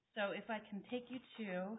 so if i can take you to